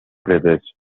brothers